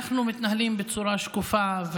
אנחנו מתנהלים בצורה שקופה,